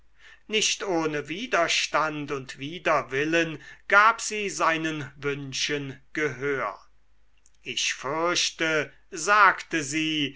nicht ohne widerstand und widerwillen gab sie seinen wünschen gehör ich fürchte sagte sie